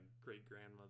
great-grandmother